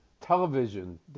television